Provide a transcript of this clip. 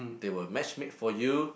they will matchmake for you